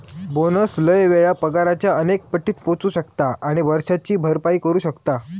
bonus लय वेळा पगाराच्या अनेक पटीत पोचू शकता आणि वर्षाची भरपाई करू शकता